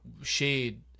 shade